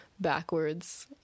backwards